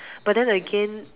but then again